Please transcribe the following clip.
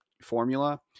formula